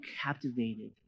captivated